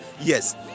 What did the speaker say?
Yes